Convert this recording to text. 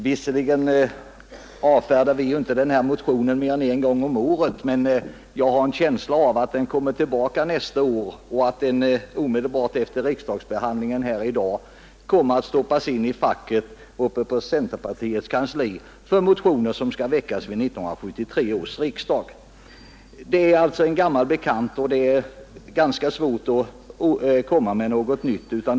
Visserligen avfärdar vi inte denna motion mer än en gång om året, men jag har en känsla av att den kommer tillbaka nästa år och att den omedelbart efter riksdagsbehandlingen i dag kommer att stoppas in på centerpartiets kansli i facket för motioner som skall väckas vid 1973 års riksdag. Det är alltså fråga om en gammal bekant, och det är svårt att anlägga några synpunkter på den.